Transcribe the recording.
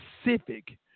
specific